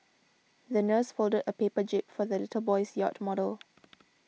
the nurse folded a paper jib for the little boy's yacht model